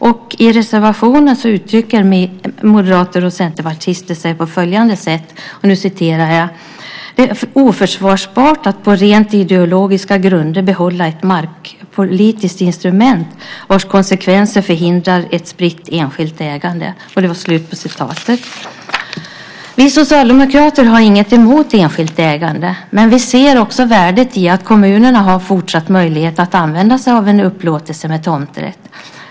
Och i reservationen uttrycker sig moderater och centerpartister på följande sätt: "Det är oförsvarbart att på rent ideologiska grunder behålla ett markpolitiskt instrument vars konsekvenser förhindrar ett spritt enskilt ägande." Vi socialdemokrater har inget emot enskilt ägande, men vi ser också värdet i att kommunerna har fortsatt möjlighet att använda sig av upplåtelse med tomträtt.